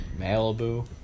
Malibu